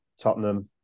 Tottenham